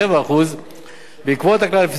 בעקבות הכלל הפיסקלי,